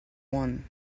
one